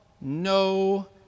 no